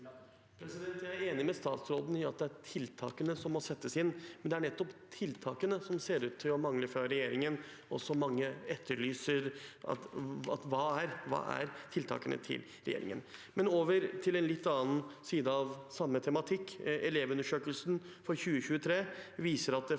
Jeg er enig med statsråden i at tiltak må settes inn, men det er nettopp tiltakene som ser ut til å mangle fra regjeringen. Mange etterlyser hva som er tiltakene til regjeringen. Over til en litt annen side av samme tematikk: Elevundersøkelsen for 2023 viser at det